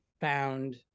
Found